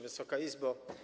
Wysoka Izbo!